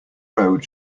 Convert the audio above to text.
road